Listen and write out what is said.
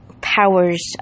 powers